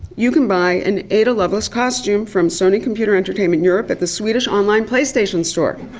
you can buy an ada loveless costume from sony computer entertainment europe at the swedish online playstation store.